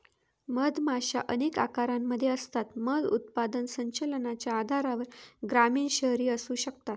मधमाशा अनेक आकारांमध्ये असतात, मध उत्पादन संचलनाच्या आधारावर ग्रामीण, शहरी असू शकतात